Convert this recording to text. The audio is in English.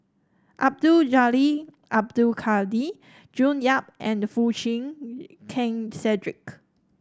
Abdul Jalil Abdul Kadir June Yap and Foo Chee Keng Cedric